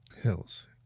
Hills